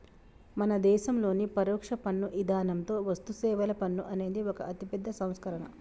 మన దేసంలోని పరొక్ష పన్ను ఇధానంతో వస్తుసేవల పన్ను అనేది ఒక అతిపెద్ద సంస్కరణ